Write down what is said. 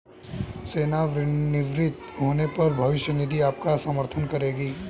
सेवानिवृत्त होने पर भविष्य निधि आपका समर्थन करेगी